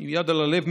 עם יד על הלב,